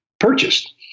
purchased